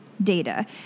data